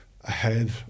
ahead